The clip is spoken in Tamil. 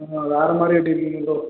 ஆ வேறு மாதிரி வெட்டியிருக்கீங்க ப்ரோ